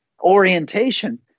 orientation